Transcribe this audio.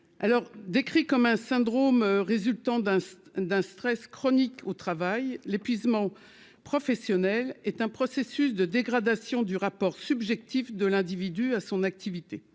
alors décrit comme un syndrome résultant d'un d'un stress chronique au travail, l'épuisement professionnel est un processus de dégradation du rapport subjectif de l'individu à son activité,